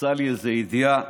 קפצה לי איזו ידיעה: